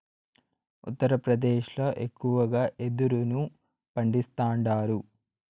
ఉత్తరప్రదేశ్ ల ఎక్కువగా యెదురును పండిస్తాండారు